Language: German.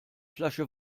flasche